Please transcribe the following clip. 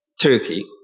Turkey